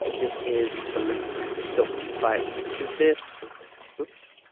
this is the link so if i choose this oops